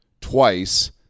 twice